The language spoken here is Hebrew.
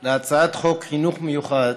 על הצעת חוק חינוך מיוחד